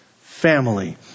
family